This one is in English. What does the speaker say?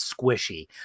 squishy